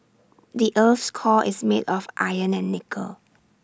the Earth's core is made of iron and nickel